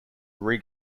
rig